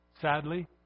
sadly